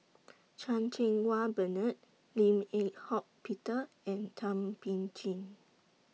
Chan Cheng Wah Bernard Lim Eng Hock Peter and Thum Ping Tjin